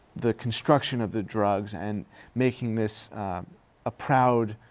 the construction of the drugs and making this a proud,